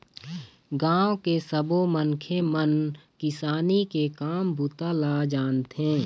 गाँव के सब्बो मनखे मन किसानी के काम बूता ल जानथे